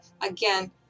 again